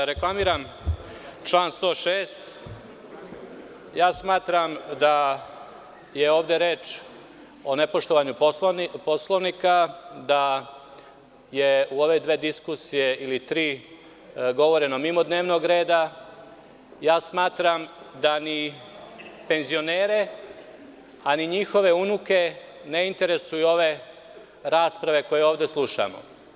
Da reklamiram član 106. smatram da je ovde reč o nepoštovanju Poslovnika, da je u ove dve diskusije ili tri govoreno mimo dnevnog reda, smatram da ni penzionere, a ni njihove unuke ne interesuju ove rasprave koje ovde slušamo.